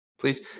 Please